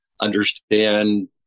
understand